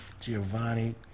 Giovanni